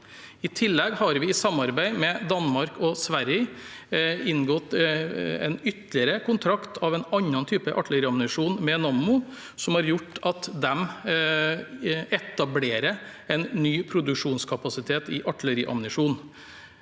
I tillegg har vi i samarbeid med Danmark og Sverige inngått en ytterligere kontrakt for en annen type artilleriammunisjon med Nammo, noe som har gjort at de etablerer en ny produksjonskapasitet i artilleriammunisjon.